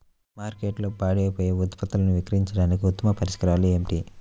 మార్కెట్లో పాడైపోయే ఉత్పత్తులను విక్రయించడానికి ఉత్తమ పరిష్కారాలు ఏమిటి?